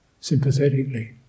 Sympathetically